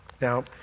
Now